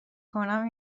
کنم